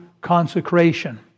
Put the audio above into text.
consecration